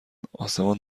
آسمان